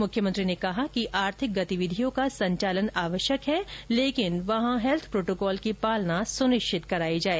मुख्यमंत्री ने कहा कि आर्थिक गतिविधियों का संचालन आवश्यक है लेकिन वहां हैल्थ प्रोटोकॉल की पार्लना सुनिश्चित कराई जाए